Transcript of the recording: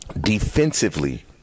defensively